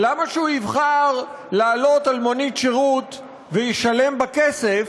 למה שהוא יבחר לעלות על מונית שירות וישלם בה כסף,